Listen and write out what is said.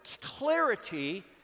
clarity